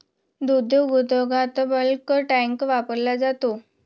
दुग्ध उद्योगात bulk tank वापरला जातो